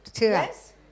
Yes